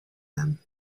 them